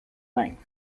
length